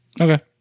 Okay